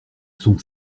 sont